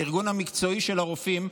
הארגון המקצועי של הרופאים,